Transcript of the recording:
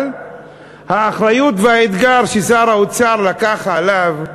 אבל האחריות והאתגר ששר האוצר לקח עליו,